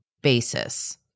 basis